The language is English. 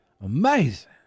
Amazing